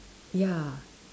ya